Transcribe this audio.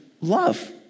love